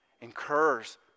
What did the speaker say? incurs